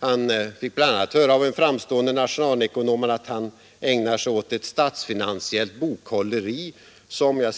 Han fick bl.a. höra av en framstående nationalekonom att han ägnar sig åt ett statsfinansiellt bokhålleri, som